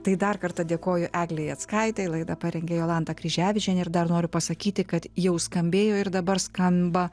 tai dar kartą dėkoju eglei jackaitei laidą parengė jolanta kryževičienė ir dar noriu pasakyti kad jau skambėjo ir dabar skamba